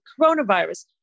coronavirus